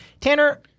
tanner